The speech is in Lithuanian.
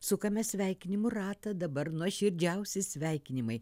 sukame sveikinimų ratą dabar nuoširdžiausi sveikinimai